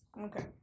Okay